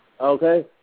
Okay